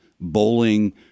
bowling